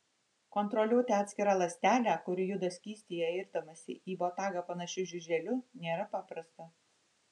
kontroliuoti atskirą ląstelę kuri juda skystyje irdamasi į botagą panašiu žiuželiu nėra paprasta